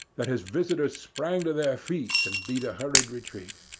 that his visitors sprang to their feet and beat a hurried retreat.